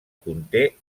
conté